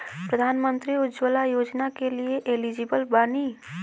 प्रधानमंत्री उज्जवला योजना के लिए एलिजिबल बानी?